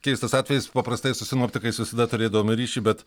keistas atvejis paprastai su sinoptikais visada turėdavome ryšį bet